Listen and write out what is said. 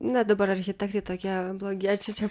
na dabar architektai tokie blogiečiai čia